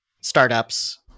startups